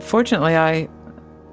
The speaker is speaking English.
fortunately i